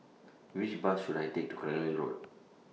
Which Bus should I Take to Cranwell Road